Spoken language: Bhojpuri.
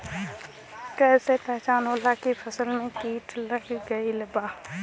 कैसे पहचान होला की फसल में कीट लग गईल बा?